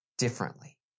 Differently